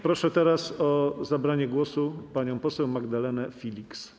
Proszę teraz o zabranie głosu panią poseł Magdalenę Filiks.